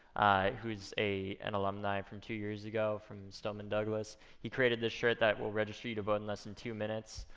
who's an and alumni from two years ago from stoneman douglas, he created this shirt that will register you to vote in less than two minutes.